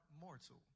mortal